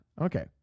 okay